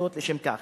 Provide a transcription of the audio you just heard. הנחוצות לשם כך".